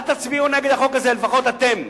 אל תצביעו נגד החוק הזה, לפחות אתם.